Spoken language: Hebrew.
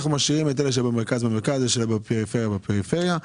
אנחנו משאירים את אלה שבמרכז במרכז ואלה שבפריפריה יישארו בפריפריה.